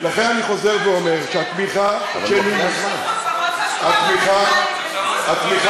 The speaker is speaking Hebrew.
לכן אני חוזר ואומר שהתמיכה שלי, רגע, ולכן